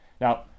Now